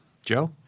Joe